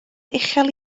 uchel